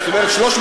זאת אומרת 360?